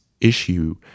issue